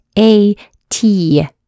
A-T